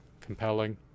compelling